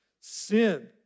Sin